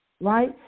right